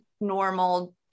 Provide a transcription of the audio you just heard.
normal